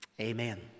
Amen